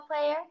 player